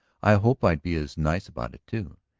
i hope i'd be as nice about it, too.